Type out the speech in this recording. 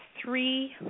three